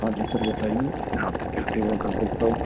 हाँ जी सर बताइए मैं आपकी क्या सेवा कर सकता हूँ